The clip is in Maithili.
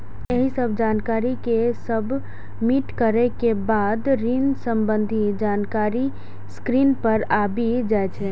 एहि सब जानकारी कें सबमिट करै के बाद ऋण संबंधी जानकारी स्क्रीन पर आबि जाइ छै